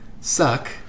suck